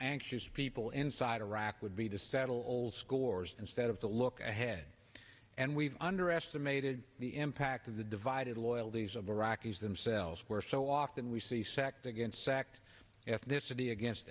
anxious people inside iraq would be to settle old scores instead of the look ahead and we've underestimated the impact of the divided loyalties of iraqis themselves where so often we see sect against sect ethnicity against